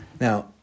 Now